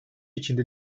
içinde